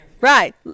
Right